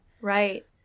Right